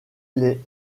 les